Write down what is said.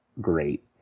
great